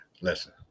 listen